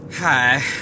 Hi